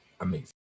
amazing